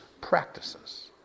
practices